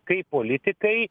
kai politikai